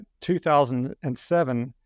2007